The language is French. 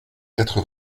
quatre